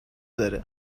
داره